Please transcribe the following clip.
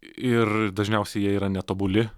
ir dažniausiai jie yra netobuli